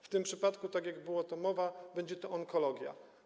W tym przypadku, tak jak była o tym mowa, będzie to onkologia.